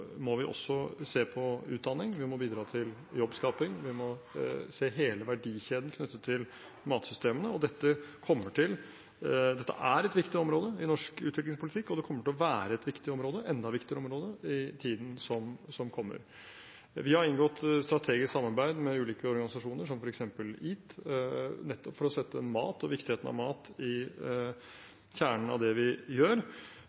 må vi også se på utdanning, vi må bidra til jobbskaping, og vi må se hele verdikjeden knyttet til matsystemet. Dette er et viktig område i norsk utviklingspolitikk, og det kommer til å være et viktig område – et enda viktigere område – i tiden som kommer. Vi har inngått et strategisk samarbeid med ulike organisasjoner, som f.eks. EAT, nettopp for å sette mat og viktigheten av mat i kjernen av det vi gjør.